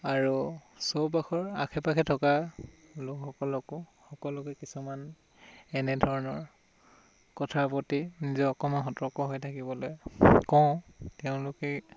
আৰু চৌপাশৰ আশে পাশে থকা লোকসকলকো সকলোকে কিছুমান এনেধৰণৰ কথাৰ প্ৰতি নিজে অকণমান সতৰ্ক হৈ থাকিবলৈ কওঁ তেওঁলোকে